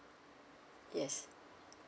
yes